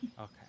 Okay